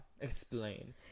Explain